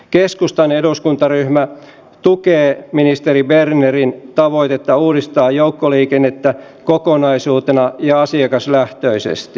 keskustan eduskuntaryhmä tukee ministeri bernerin tavoitetta uudistaa joukkoliikennettä kokonaisuutena ja asiakaslähtöisesti